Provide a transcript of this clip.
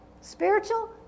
spiritual